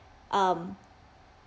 um